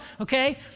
Okay